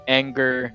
anger